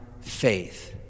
faith